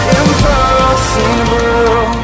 impossible